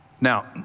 Now